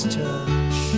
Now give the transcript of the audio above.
touch